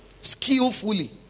Skillfully